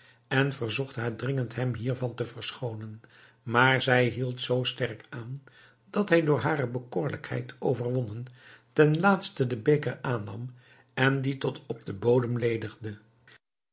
en verzocht haar dringend hem hiervan te verschoonen maar zij hield zoo sterk aan dat hij door hare bekoorlijkheid overwonnen ten laatste den beker aannam en dien tot op den bodem ledigde